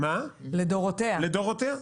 לדורותיה.